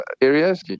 areas